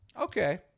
okay